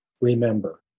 remember